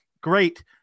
great